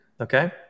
Okay